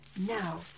Now